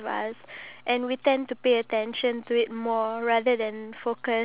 for me I feel like I can talk about anything